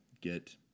get